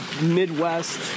Midwest